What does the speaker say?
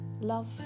love